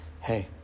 hey